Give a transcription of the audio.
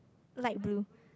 light blue